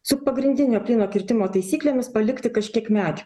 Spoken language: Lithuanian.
su pagrindinio plyno kirtimo taisyklėmis palikti kažkiek medžių